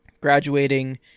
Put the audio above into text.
graduating